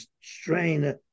strain